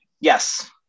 Yes